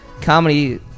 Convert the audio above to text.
comedy